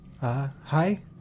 hi